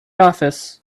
office